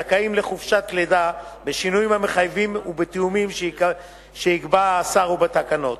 זכאים לחופשת לידה בשינויים המחויבים ובתיאומים שיקבע השר בתקנות,